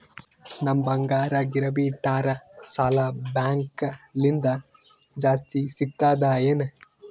ನಮ್ ಬಂಗಾರ ಗಿರವಿ ಇಟ್ಟರ ಸಾಲ ಬ್ಯಾಂಕ ಲಿಂದ ಜಾಸ್ತಿ ಸಿಗ್ತದಾ ಏನ್?